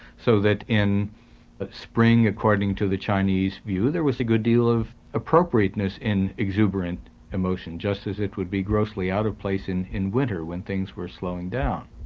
so that in spring according to the chinese view there was a good deal of appropriateness in exuberant emotion, just as it would be grossly out of place in in winter when things were slowing down.